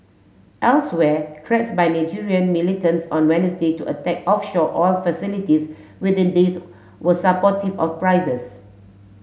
elsewhere threats by Nigerian militants on Wednesday to attack offshore oil facilities within days were supportive of prices